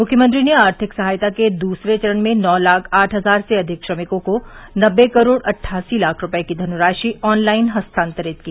मुख्यमंत्री ने आर्थिक सहायता के दूसरे चरण में नौ लाख आठ हजार से अधिक श्रमिकों को नब्बे करोड़ अट्ठासी लाख रुपये की धनराशि ऑनलाइन हस्तांतरित की